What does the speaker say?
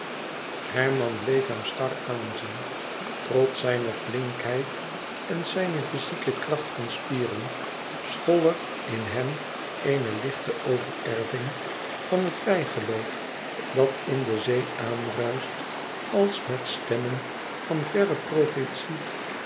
herman bleef hem star aanzien trots zijne flinkheid en zijne fyzieke kracht van spieren school er in hem eene lichte overerving van het bijgeloof dat in de zee aanruischt als met stemmen van verre profetie